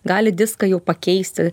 gali diską jau pakeisti